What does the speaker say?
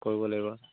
কৰিব লাগিব